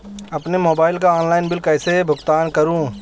अपने मोबाइल का online bill कैसे भुगतान करूं?